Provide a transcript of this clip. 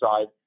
side